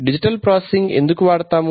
digital processing ఎందుకు వాడతాము